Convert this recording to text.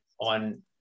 on